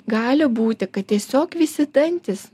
gali būti kad tiesiog visi dantys